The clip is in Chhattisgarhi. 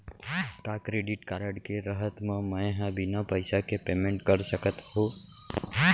का क्रेडिट कारड के रहत म, मैं ह बिना पइसा के पेमेंट कर सकत हो?